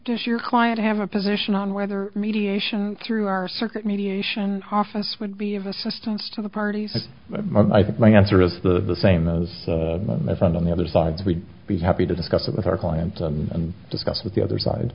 does your client have a position on whether mediation through our circuit mediation office would be of assistance to the parties and i think my answer is the same as if i'm on the other side we'd be happy to discuss it with our client and discuss with the other side